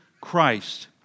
Christ